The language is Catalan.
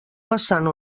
vessant